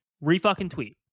Re-fucking-tweet